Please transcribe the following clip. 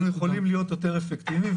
אנחנו יכולים להיות יותר אפקטיביים,